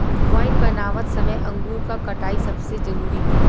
wine बनावत समय अंगूर क कटाई सबसे जरूरी होला